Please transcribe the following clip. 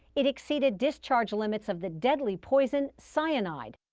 it exceeded discharge limits of the deadly poison cyanide.